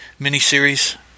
miniseries